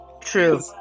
True